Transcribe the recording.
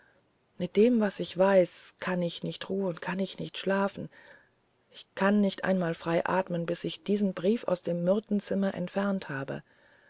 mit dem was ich weiß kann ich nicht ruhen kann ich nicht schlafen ich kann nicht einmal frei atmen bis ich diesen brief aus dem myrthenzimmer entfernt habe